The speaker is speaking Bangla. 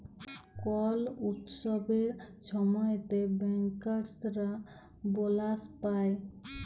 কল উৎসবের ছময়তে ব্যাংকার্সরা বলাস পায়